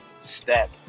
step